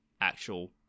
actual